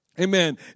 Amen